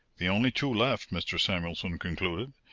the only two left, mr. samuelson concluded,